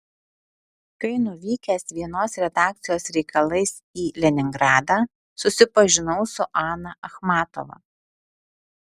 kai nuvykęs vienos redakcijos reikalais į leningradą susipažinau su ana achmatova